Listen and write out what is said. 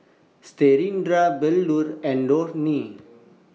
Satyendra Bellur and Dhoni